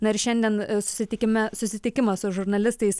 na ir šiandien susitikime susitikimą su žurnalistais